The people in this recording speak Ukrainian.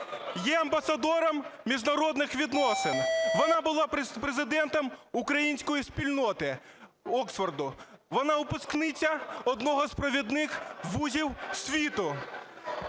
є амбасадором міжнародних відносин. Вона була президентом української спільноти Оксфорду. Вона випускниця одного з провідних ВУЗів світу.